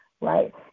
right